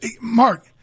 Mark